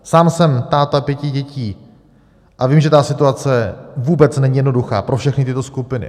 Sám jsem táta pěti dětí a vím, že situace vůbec není jednoduchá pro všechny tyto skupiny.